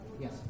Yes